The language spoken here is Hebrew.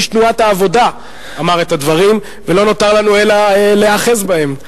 איש תנועת העבודה אמר את הדברים ולא נותר לנו אלא להיאחז בהם.